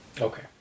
Okay